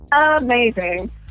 Amazing